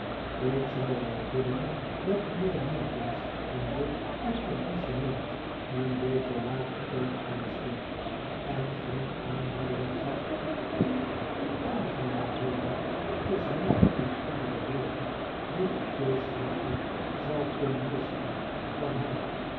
ik zou wel willen dat mijnheer jinkins in dit etablissement een beetje lager toon aansloeg en geen aanleiding gaf tot onaangenaamheden tusschen mij en andere heeren die ik veel slechter zou kunnen missen dan hem